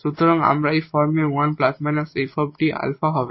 সুতরাং আমরা এই ফর্মে 1 ± 𝐹𝐷 𝛼 হবে